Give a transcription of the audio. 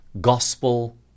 gospel